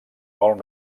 molt